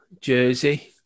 jersey